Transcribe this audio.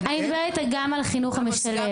להלן תרגומם: אני מדברת גם על החינוך המשלב.